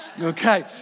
okay